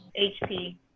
HP